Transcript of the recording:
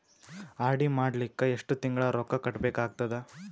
RD ಮಾಡಲಿಕ್ಕ ಎಷ್ಟು ತಿಂಗಳ ರೊಕ್ಕ ಕಟ್ಟಬೇಕಾಗತದ?